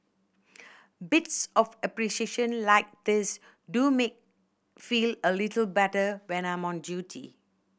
bits of appreciation like these do make feel a little better when I'm on duty